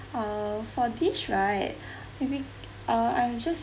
uh for this right maybe uh I will just